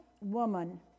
woman